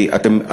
כי אתם,